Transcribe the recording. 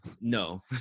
No